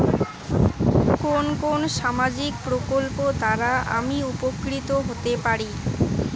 কোন কোন সামাজিক প্রকল্প দ্বারা আমি উপকৃত হতে পারি?